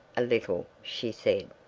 a little, she said.